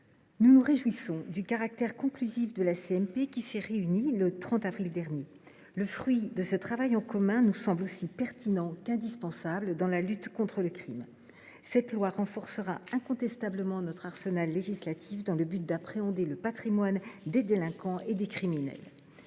nous nous réjouissons du caractère conclusif de la CMP réunie le 30 avril dernier. Le fruit de ce travail mené en commun nous semble aussi pertinent qu’indispensable dans la lutte contre le crime. Ce texte de loi renforcera incontestablement notre arsenal législatif. Grâce à lui, nous pourrons mieux appréhender le patrimoine des délinquants et des criminels.